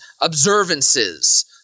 observances –